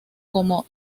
como